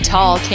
Tall